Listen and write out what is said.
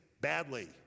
badly